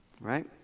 right